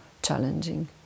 Challenging